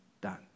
done